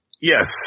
Yes